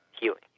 healing